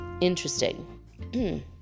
interesting